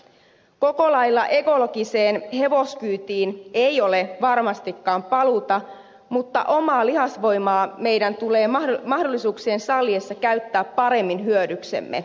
koko lailla ekologiseen hevoskyytiin ei ole varmastikaan paluuta mutta omaa lihasvoimaa meidän tulee mahdollisuuksien salliessa käyttää paremmin hyödyksemme